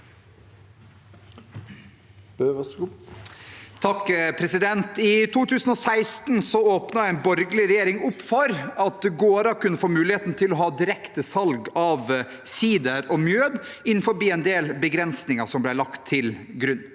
(H) I 2016 åpnet en borgerlig regjering opp for at gårder kunne få mulighet til å ha direktesalg av sider og mjød innenfor en del begrensninger som ble lagt til grunn.